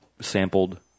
sampled